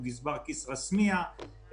הוא גזבר כסרא סמיע,